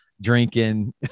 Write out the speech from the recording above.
drinking